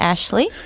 Ashley